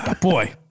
Boy